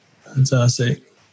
Fantastic